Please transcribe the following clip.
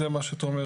זה מה שהזכרת,